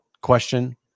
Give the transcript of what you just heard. question